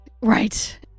Right